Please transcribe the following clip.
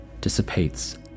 dissipates